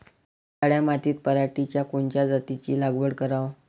काळ्या मातीत पराटीच्या कोनच्या जातीची लागवड कराव?